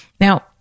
Now